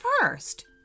first